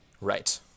right